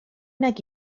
nag